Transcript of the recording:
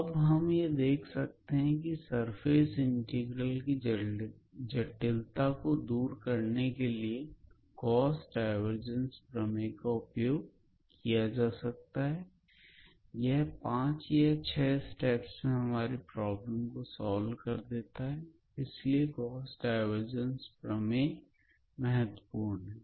अब हम यह देख सकते हैं की सरफेस इंटीग्रल की जटिलता को दूर करने के लिएगॉस डाइवर्जंस प्रमेय का उपयोग किया जा सकता है और यह 5 या 6 स्टेप्स में हमारी प्रॉब्लम को सॉल्व कर देता है इसलिए गॉस डाइवर्जंस प्रमेय महत्वपूर्ण है